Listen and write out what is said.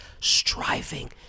striving